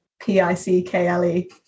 P-I-C-K-L-E